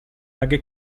مگه